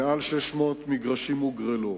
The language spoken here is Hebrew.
מעל 600 מגרשים הוגרלו.